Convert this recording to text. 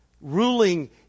ruling